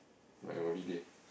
my holiday